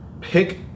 pick